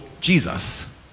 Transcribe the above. Jesus